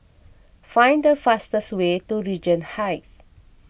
find the fastest way to Regent Heights